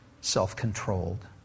self-controlled